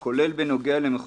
כל הדיון נצבע